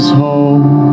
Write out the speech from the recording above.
home